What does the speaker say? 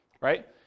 right